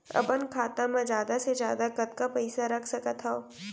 अपन खाता मा जादा से जादा कतका पइसा रख सकत हव?